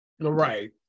right